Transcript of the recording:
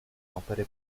opere